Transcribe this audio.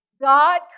God